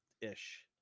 ish